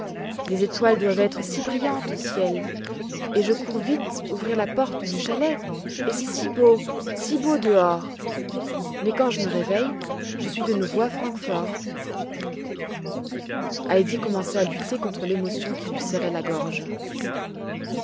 les étoiles doivent être si brillantes au ciel et je cours vite ouvrir la porte du chalet et c'est si beau si beau dehors mais quand je me réveille je suis de nouveau à francfort heidi commençait à lutter contre l'émotion qui lui serrait la gorge